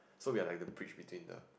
so we are like the bridge between the